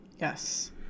Yes